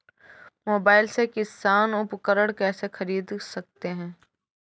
Mobile से किसान उपकरण कैसे ख़रीद सकते है?